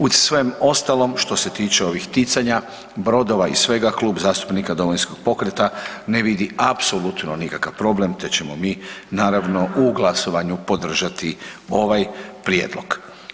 U svem ostalom što se tiče ovih ticanja, brodova i svega Klub zastupnika Domovinskog pokreta ne vidi apsolutno nikakav problem te ćemo mi naravno u glasovanju podržati ovaj prijedlog.